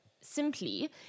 simply